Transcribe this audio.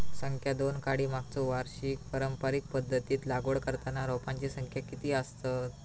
संख्या दोन काडी मागचो वर्षी पारंपरिक पध्दतीत लागवड करताना रोपांची संख्या किती आसतत?